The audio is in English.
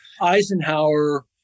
Eisenhower